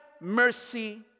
mercy